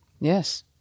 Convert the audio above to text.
Yes